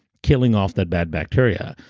killing off that bad bacteria.